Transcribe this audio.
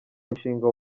mushinga